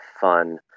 fun